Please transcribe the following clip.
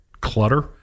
clutter